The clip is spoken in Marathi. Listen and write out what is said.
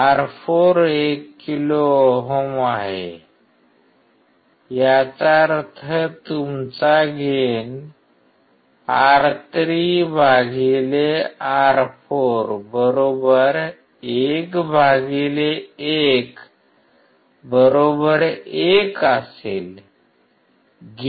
R4 1 किलो ओहम आहे याचा अर्थ तुमचा गेन R3R4 11 1 असेल